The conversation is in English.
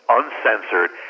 uncensored